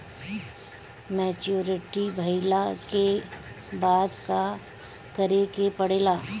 Maturity भईला के बाद का करे के पड़ेला?